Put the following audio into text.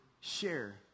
share